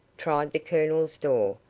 tried the colonel's door,